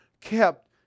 kept